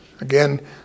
Again